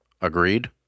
Agreed